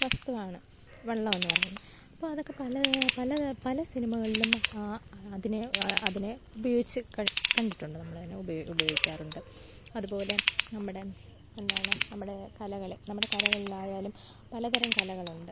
വസ്തുവാണ് വള്ളമെന്ന് പറയുന്നത് അപ്പോൾ അതൊക്കെ പല പല പല സിനിമകളിലും അതിനെ അതിനെ ഉപയോഗിച്ച് കണ്ടിട്ടുണ്ട് നമ്മളങ്ങനെ ഉപയോഗിക്കാറുണ്ട് അത്പോലെ നമ്മുടെ എന്താണ് നമ്മുടെ കലകള് നമ്മുടെ കലകളിലായാലും പലതരം കലകളുണ്ട്